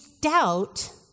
doubt